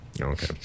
Okay